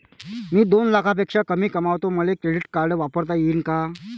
मी दोन लाखापेक्षा कमी कमावतो, मले क्रेडिट कार्ड वापरता येईन का?